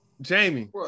Jamie